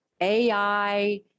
AI